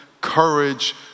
courage